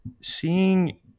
seeing